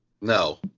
No